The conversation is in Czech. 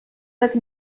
tak